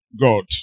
God